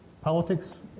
politics